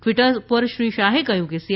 Twitter પર શ્રી શાહે કહ્યું કે સી